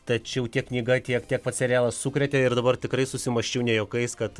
tačiau tiek knyga tiek tiek pats serialas sukrėtė ir dabar tikrai susimąsčiau ne juokais kad